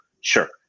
Sure